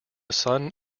son